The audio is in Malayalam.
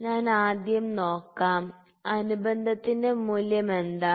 ഞാൻ ആദ്യം നോക്കാം അനുബന്ധത്തിന്റെ മൂല്യം എന്താണ്